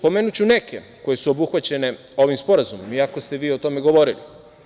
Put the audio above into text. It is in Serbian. Pomenuću neke koje su obuhvaćene ovim sporazumom, iako ste vi o tome govorili.